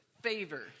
favor